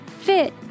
fit